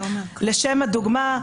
לשם הדוגמה,